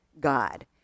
God